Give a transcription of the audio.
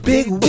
Big